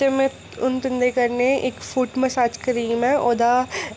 जे में हून तुं'दे कन्नै इक फुट मसाज क्रीम ऐ ओह्दा